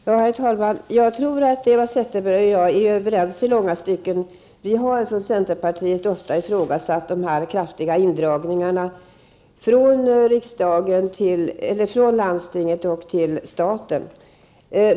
Herr talman! Jag tror att Eva Zetterberg och jag är överens i långa stycken. Vi har från centern ofta ifrågasatt de kraftiga indragningarna från landstingen till staten.